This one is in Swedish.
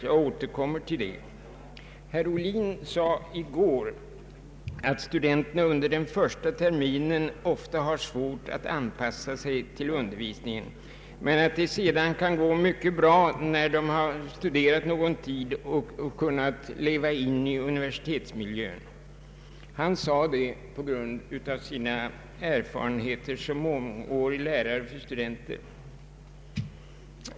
Jag återkommer till det. Herr Ohlin sade i går att studenterna under den första terminen ofta har svårt att anpassa sig till undervisningen, men att det sedan kan gå mycket bra när de har studerat någon tid och kunnat leva in i universitetsmiljön. Han uttalade sig på grundval av sin mångåriga erfarenhet som lärare för studenter.